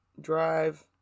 drive